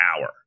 hour